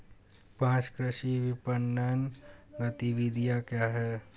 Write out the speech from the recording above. पाँच कृषि विपणन गतिविधियाँ क्या हैं?